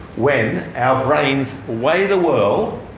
when our brains weigh the world,